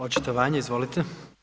Očitovanje, izvolite.